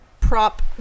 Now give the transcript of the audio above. prop